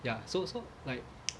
ya so so like